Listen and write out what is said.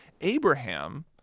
Abraham